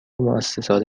موسسات